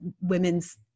women's